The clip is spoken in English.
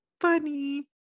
funny